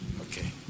Okay